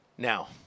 Now